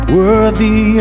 worthy